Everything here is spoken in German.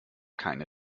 keine